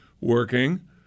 working